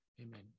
Amen